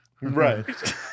Right